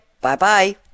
Bye-bye